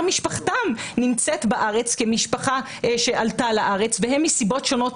משפחתם בארץ כמשפחה שעלתה לארץ והם מסיבות שונות